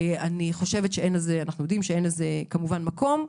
אנחנו יודעים שכמובן אין לזה מקום,